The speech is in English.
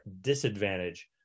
disadvantage